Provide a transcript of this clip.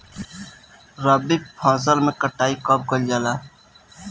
रबी फसल मे कटाई कब कइल जाला?